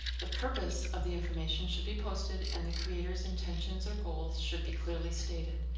the purpose of the information should be posted and the creator's intentions or goals should be clearly stated.